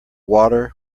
water